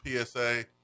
PSA